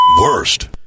worst